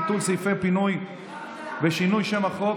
ביטול סעיפי הפינוי ושינוי שם החוק),